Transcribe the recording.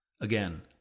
Again